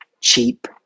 Cheap